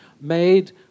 made